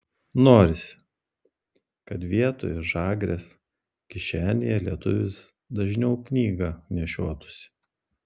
norisi kad vietoj žagrės kišenėje lietuvis dažniau knygą nešiotųsi